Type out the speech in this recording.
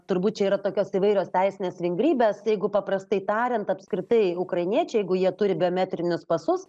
turbūt čia yra tokios įvairios teisinės vingrybės jeigu paprastai tariant apskritai ukrainiečiai jeigu jie turi biometrinius pasus